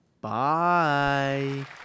Bye